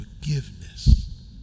forgiveness